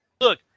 Look